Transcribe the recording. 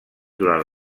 durant